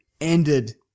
ended